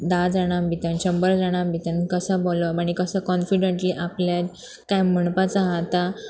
धा जाणां भितन शंबर जाणां भितन कसो बोवप आनी कसो कॉन्फिडंटली आपल्याक कांय म्हणपाचो आहा आतां